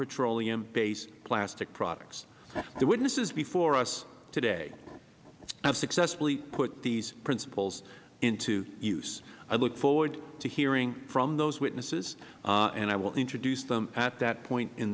petroleum based plastic products the witnesses before us today have successfully put these principles into use i look forward to hearing from those witnesses and i will introduce them at that point in